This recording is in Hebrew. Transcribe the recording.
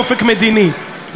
אופק מדיני,